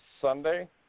Sunday